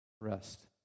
rest